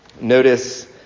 Notice